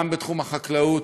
גם בתחום החקלאות,